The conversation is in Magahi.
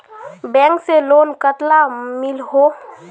बैंक से लोन कतला मिलोहो?